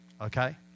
okay